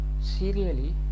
serially